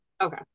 Okay